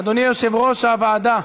אדוני יושב-ראש הוועדה,